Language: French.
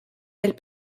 elle